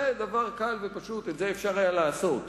זה דבר קל ופשוט, את זה אפשר היה לעשות.